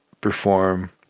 perform